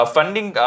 Funding